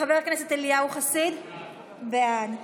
חבר הכנסת אליהו חסיד, בעד,